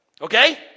Okay